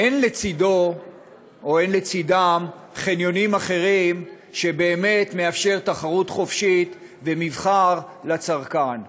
אין לצדם חניונים אחרים שבאמת מאפשרים תחרות חופשית ומבחר לצרכן.